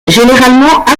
généralement